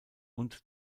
und